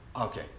okay